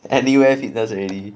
anywhere fitness already